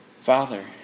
Father